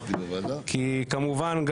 כי כמובן,